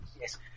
yes